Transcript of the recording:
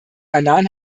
annan